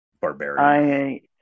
barbarian